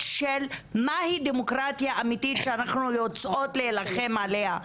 של מהי דמוקרטיה אמיתית שאנחנו יוצאות להילחם עליה,